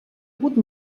hagut